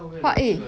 !wah! eh